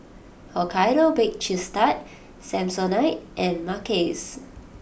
Hokkaido Baked Cheese Tart Samsonite and Mackays